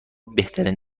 بهترین